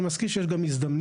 אני מזכיר שיש גם מזדמנים.